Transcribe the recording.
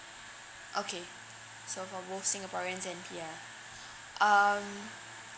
okay so for both singaporeans and P_R um